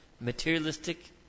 materialistic